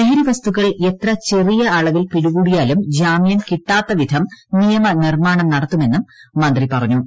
ലഹരിവസ്തുക്കൾ എത്ര ചെറിയ അളവിൽ പിടികൂടിയാലും ജാമ്യം കിട്ടാത്തവിധം നിയമനിർമ്മാണം നടത്തുമെന്നും മന്ത്രി പറഞ്ഞു